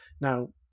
Now